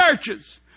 churches